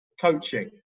coaching